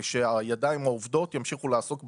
ושהידיים העובדות ימשיכו לעסוק בתחום,